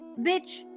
bitch